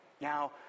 Now